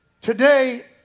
Today